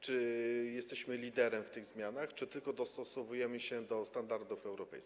Czy jesteśmy liderem w tych zmianach, czy tylko dostosowujemy się do standardów europejskich?